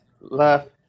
Left